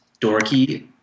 dorky